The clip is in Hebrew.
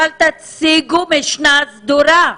אבל תציגו משנה סדורה.